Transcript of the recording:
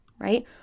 right